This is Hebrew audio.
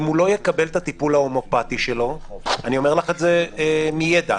אם הוא לא יקבל את הטיפול ההומיאופתי שלו אני אומר לך את זה מידע,